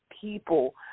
people